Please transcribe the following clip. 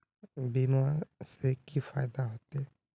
बीमा से की फायदा होते?